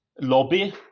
lobby